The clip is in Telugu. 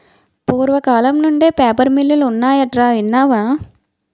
పూర్వకాలం నుండే పేపర్ మిల్లులు ఉన్నాయటరా ఇన్నావా